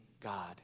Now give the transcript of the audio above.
God